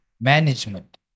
management